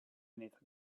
minutes